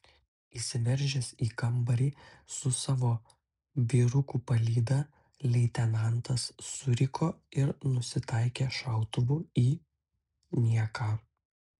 įsiveržęs į kambarį su visa savo vyrukų palyda leitenantas suriko ir nusitaikė šautuvu į nieką